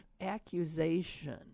accusation